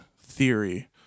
theory